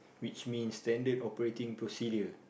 which means Standard operating procedure